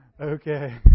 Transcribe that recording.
okay